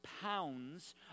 pounds